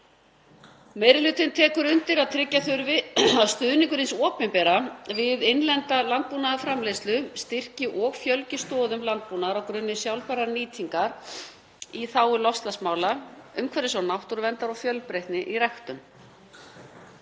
Meiri hlutinn tekur undir að tryggja þurfi að stuðningur hins opinbera við innlenda landbúnaðarframleiðslu styrki og fjölgi stoðum landbúnaðar á grunni sjálfbærrar nýtingar í þágu loftslagsmála, umhverfis- og náttúruverndar og fjölbreytni í ræktun.